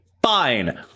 Fine